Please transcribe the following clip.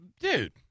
Dude